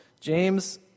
James